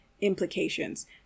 implications